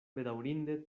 bedaŭrinde